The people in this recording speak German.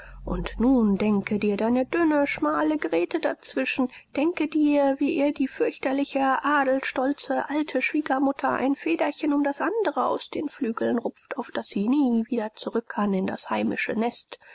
und nun denke dir deine dünne schmale grete dazwischen denke dir wie ihr die fürchterlich adelstolze alte schwiegermutter ein federchen um das andere aus den flügeln rupft auf daß sie nie wieder zurück kann in das heimische nest